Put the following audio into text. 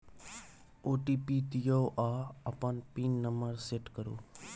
OTP दियौ आ अपन पिन नंबर सेट करु